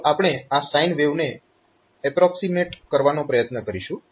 તો આપણે આ સાઈન વેવને એપ્રોક્સીમેટ કરવાનો પ્રયત્ન કરીશું